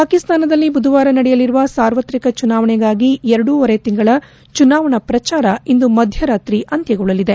ಪಾಕಿಸ್ತಾನದಲ್ಲಿ ಬುಧವಾರ ನಡೆಯಲಿರುವ ಸಾರ್ವತ್ರಿಕ ಚುನಾವಣೆಗಾಗಿ ಎರಡುವರೆ ತಿಂಗಳ ಚುನಾವಣಾ ಪ್ರಚಾರ ಇಂದು ಮಧ್ಯರಾತ್ರಿ ಅಂತ್ಯಗೊಳ್ಳಲಿದೆ